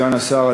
סגן השר,